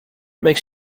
makes